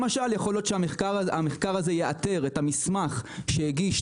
למשל יכול להיות שהמחקר הזה יאתר את המסמך שהגישו